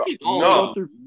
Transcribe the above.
no